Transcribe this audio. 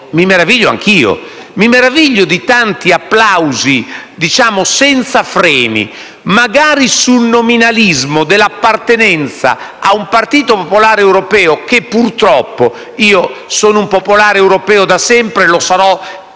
si meravigliava; anche io mi meraviglio di tanti applausi senza freni, magari sul nominalismo dell'appartenenza ad un partito popolare europeo che purtroppo - lo dico io che sono un popolare europeo da sempre e lo sarò per